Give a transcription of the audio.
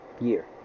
year